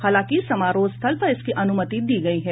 हालांकि समारोह स्थल पर इसकी अनुमति दी गई है